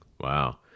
Wow